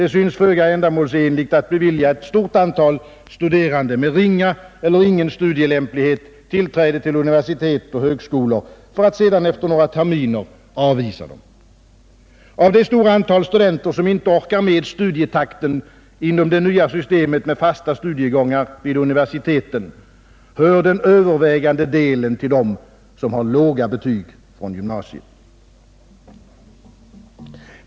Det synes föga ändamålsenligt att bevilja ett stort antal studerande med ringa eller ingen studielämplighet tillträde till universitet och högskolor för att sedan efter några terminer avvisa dem. Av det stora antalet studenter som inte orkar med studietakten inom det nya systemet med fasta studiegångar vid universiteten hör den övervägande delen till dem som har låga betyg från gymnasiet.